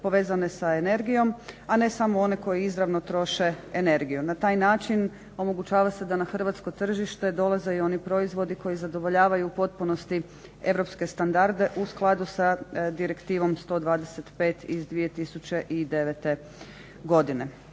povezane sa energijom, a ne samo one koji izravno troše energiju. Na taj način omogućava se da na hrvatsko tržište dolaze i oni proizvodi koji zadovoljavaju u potpunosti europske standarde u skladu sa Direktivom 125 iz 2009. Godine.